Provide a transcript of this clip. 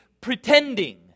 pretending